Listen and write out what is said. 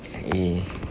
eh